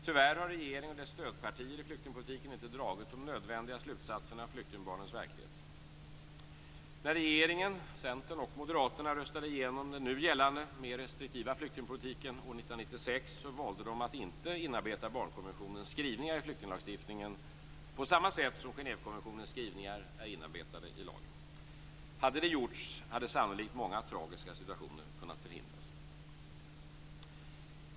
Tyvärr har regeringen och dess stödpartier i flyktingpolitiken inte dragit de nödvändiga slutsatserna av flyktingbarnens verklighet. När regeringen, Centern och Moderaterna röstade igenom den nu gällande, mer restriktiva flyktingpolitiken år 1996 valde de att inte inarbeta barnkonventionens skrivningar i flyktinglagstiftningen på samma sätt som Genèvekonventionens skrivningar är inarbetade i lagen. Hade det gjorts, hade sannolikt många tragiska situationer kunnat förhindras.